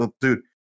dude